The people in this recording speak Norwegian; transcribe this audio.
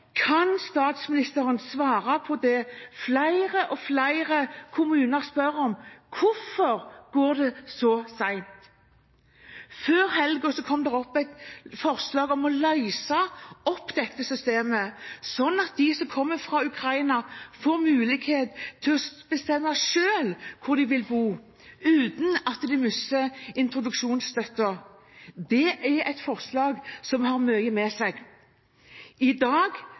Kan statsministeren svare på det som flere og flere kommuner spør om: Hvorfor går det så sent? Før helgen kom det opp et forslag om å løse opp dette systemet, sånn at de som kommer fra Ukraina, får mulighet til å bestemme selv hvor de vil bo, uten å miste introduksjonsstøtten. Det er et forslag som har mye med seg. I dag